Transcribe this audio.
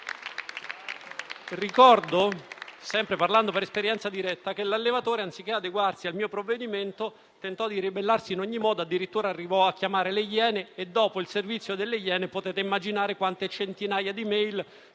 Ricordo, sempre parlando per esperienza diretta, che l'allevatore, anziché adeguarsi al mio provvedimento, tentò di ribellarsi in ogni modo e addirittura arrivò a chiamare «Le Iene». Potete immaginare quante centinaia di *email*